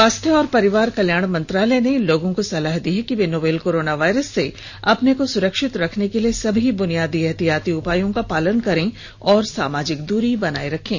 स्वास्थ्य और परिवार कल्याण मंत्रालय ने लोगों को सलाह दी है कि वे नोवल कोरोना वायरस से अपने को सुरक्षित रखने के लिए सभी ब्रनियादी एहतियाती उपायों का पालन करें और सामाजिक दूरी बनाए रखें